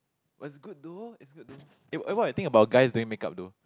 but it's good though it's good though eh what what you think about guys doing make-up though